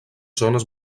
zones